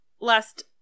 Last